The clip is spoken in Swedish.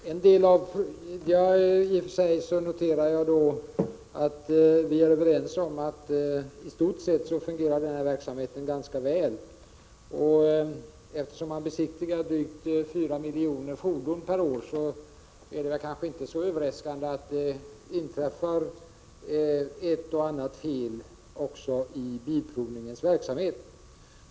Herr talman! Jag noterar att vi är överens om att verksamheten i stort sett fungerar ganska väl. Eftersom Svensk Bilprovning besiktigar drygt fyra miljoner fordon per år, är det kanske inte så överraskande att det inträffar ett och annat fel också i den verksamheten.